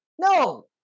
No